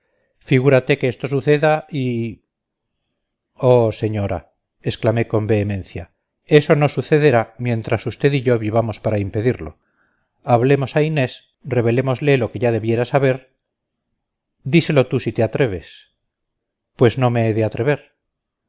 figúrate que esto suceda y oh señora exclamé con vehemencia eso no sucederá mientras usted y yo vivamos para impedirlo hablemos a inés revelémosle lo que ya debiera saber díselo tú si te atreves pues no me he de atrever